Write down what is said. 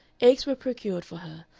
eggs were procured for her,